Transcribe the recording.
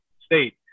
state